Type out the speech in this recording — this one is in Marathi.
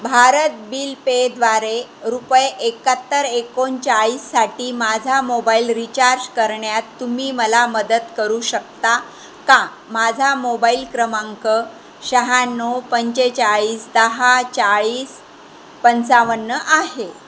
भारत बिल पेद्वारे रुपये एकहत्तर एकोणचाळीससाठी माझा मोबाईल रिचार्ज करण्यात तुम्ही मला मदत करू शकता का माझा मोबाईल क्रमांक शहाण्णव पंचेचाळीस दहा चाळीस पंचावन्न आहे